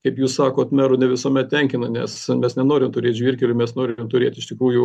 kaip jūs sakot merų ne visuomet tenkina nes mes nenorim turėt žvyrkelių mes norim turėt iš tikrųjų